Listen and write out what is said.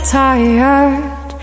tired